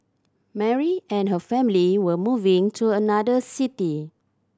Mary and her family were moving to another city